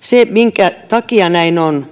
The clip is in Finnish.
sitä minkä takia näin on